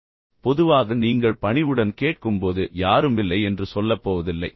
எனவே பொதுவாக நீங்கள் பணிவுடன் கேட்கும்போது யாரும் இல்லை என்று சொல்லப் போவதில்லை